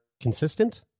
consistent